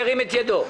ירים את ידו.